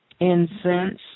Incense